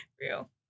Real